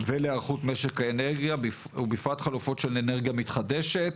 ולהיערכות משק האנרגיה ובפרט חלופות של אנרגיה מתחדשת,